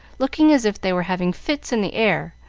looking as if they were having fits in the air,